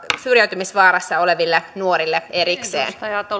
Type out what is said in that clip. syrjäytymisvaarassa oleville nuorille erikseen